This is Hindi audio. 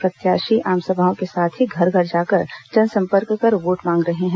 प्रत्याशी आमसभाओं के साथ ही घर घर जाकर जनसंपर्क कर वोट मांग रहे हैं